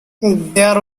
there